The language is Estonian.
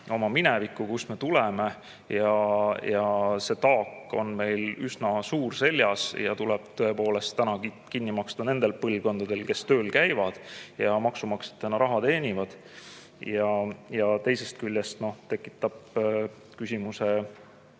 oma minevikku, kust me tuleme, ja see taak on meil seljas üsna suur. Ja see tuleb tõepoolest tänagi kinni maksta nendel põlvkondadel, kes tööl käivad ja maksumaksjatena raha teenivad. Teisest küljest tekitab küsimuse